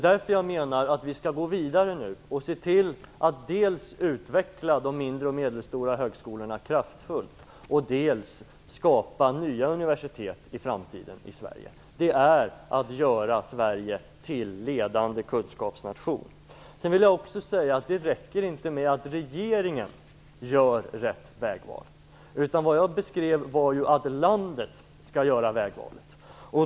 Jag menar därför att vi nu skall gå vidare och dels kraftfullt utveckla de mindre och medelstora högskolorna, dels i framtiden skapa nya universitet i Sverige. Det är att göra Sverige till ledande kunskapsnation. Jag vill också säga att det inte räcker med att regeringen gör rätt vägval. Vad jag beskrev var att landet skall göra vägvalet.